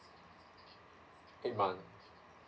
eight month